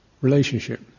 relationship